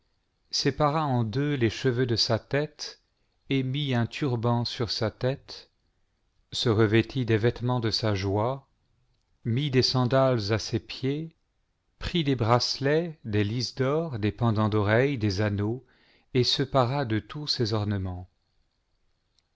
sépara en deux les cheveux de sa tête et mit un turban sur sa tête se revêtit des vêtements de sa joie mit des sandales à ses pieds prit des bracelets des lis d'or des pendants d'oreilles des anneaux et se para de tous ses ornements